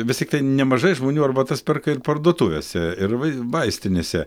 vis tiktai nemažai žmonių arbatas perka ir parduotuvėse ir vai vaistinėse